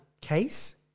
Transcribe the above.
case